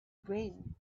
brain